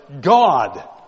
God